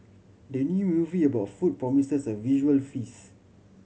the new movie about food promises a visual feast